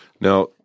Now